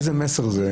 איזה מין מסר זה?